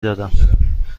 دادم